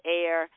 air